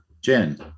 Jen